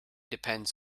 depends